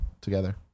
together